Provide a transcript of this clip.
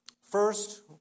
first